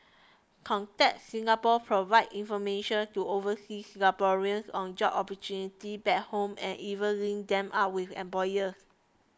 contact Singapore provides information to overseas Singaporeans on job opportunities back home and even links them up with employers